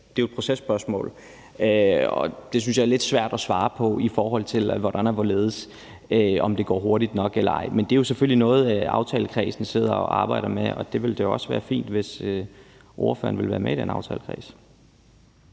det er jo et processpørgsmål, og det synes jeg er lidt svært at svare på i forhold til hvordan og hvorledes, altså om det går hurtigt nok eller ej. Men det er jo selvfølgelig noget, aftalekredsen sidder og arbejder med, og det vil også være fint, hvis ordføreren vil være med i den aftalekreds.